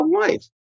life